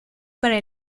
para